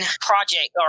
project